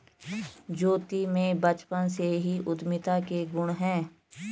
ज्योति में बचपन से ही उद्यमिता के गुण है